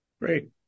Great